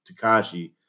Takashi